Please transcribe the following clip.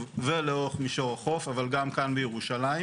ולאורך מישור החוף אך גם כאן בירושלים.